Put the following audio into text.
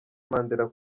mandela